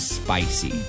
spicy